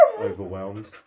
overwhelmed